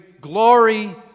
glory